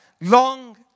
Long